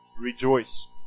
Rejoice